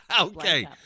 okay